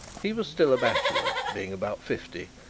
he was still a bachelor, being about fifty,